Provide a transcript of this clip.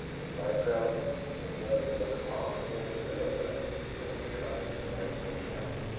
and micro and milli look awful similar when you're trying to write things out.